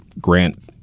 grant